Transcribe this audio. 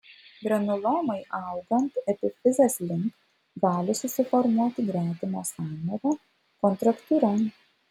granulomai augant epifizės link gali susiformuoti gretimo sąnario kontraktūra